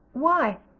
why,